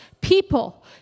people